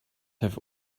have